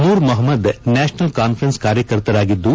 Noor Mohammad National Conference ಕಾರ್ಕರ್ತರಾಗಿದ್ದು